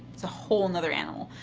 it's a whole another animal.